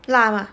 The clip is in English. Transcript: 辣 mah